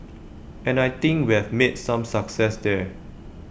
and I think we've made some success there